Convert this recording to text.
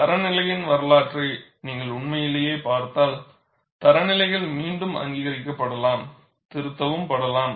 தரநிலையின் வரலாற்றை நீங்கள் உண்மையிலேயே பார்த்தால் தரநிலைகள் மீண்டும் அங்கீகரிக்கப்படலாம் திருத்தவும் படலாம்